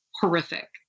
horrific